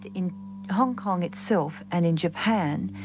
in hong kong itself and in japan,